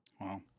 wow